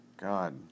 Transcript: God